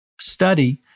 study